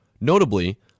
Notably